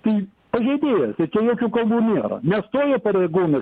tai pažeidėjas ir čia jokių kalbų nėra nestojai pareigūnas